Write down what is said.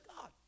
God